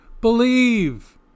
believe